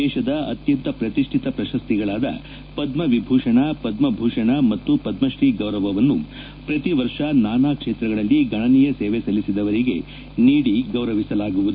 ದೇಶದ ಅತ್ಯಂತ ಪ್ರತಿಷ್ಠಿತ ಪ್ರಶಸ್ತಿಗಳಾದ ಪದ್ಮವಿಭೂಷಣ ಪದ್ಮ ಭೂಷಣ ಮತ್ತು ಪದ್ಮಶ್ರೀ ಗೌರವವನ್ನು ಪ್ರತಿ ವರ್ಷ ನಾನಾ ಕ್ಷೇತ್ರಗಳಲ್ಲಿ ಗಣನೀಯ ಸೇವೆ ಸಲ್ಲಿಸಿದವರಿಗೆ ನೀಡಿ ಗೌರವಿಸಲಾಗುವುದು